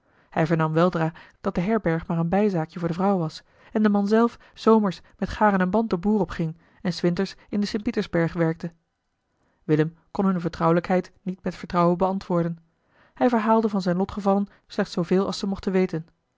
hij vernam weldra dat de herberg maar een bijzaakje voor de vrouw was en de man zelf s zomers met garen en band den boer opging en s winters in den st pietersberg werkte willem kon hunne vertrouwelijkheid niet met vertrouwen beantwoorden hij verhaalde van zijne lotgevallen slechts zooveel als ze mochten weten